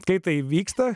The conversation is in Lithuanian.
kai tai įvyksta